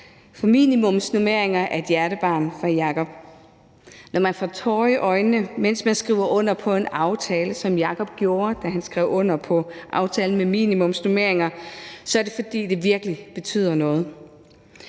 minimumsnormeringer er et hjertebarn for Jacob. Når man får tårer i øjnene, mens man skriver under på en aftale, som Jacob gjorde, da han skrev under på aftalen om minimumsnormeringer, er det, fordi det virkelig betyder noget.